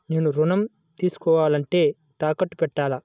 నేను ఋణం తీసుకోవాలంటే తాకట్టు పెట్టాలా?